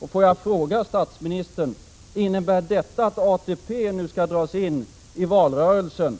Jag vill fråga statsministern: Innebär detta att ATP nu skall dras in i valrörelsen